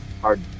hard